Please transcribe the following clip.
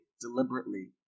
deliberately